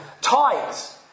Tides